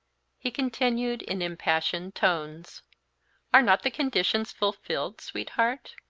he continued, in impassioned tones are not the conditions fulfilled, sweetheart?